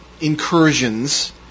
incursions